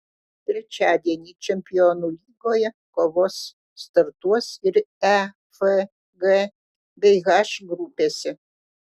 trečiadienį čempionų lygoje kovos startuos ir e f g bei h grupėse